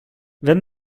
wenn